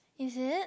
is it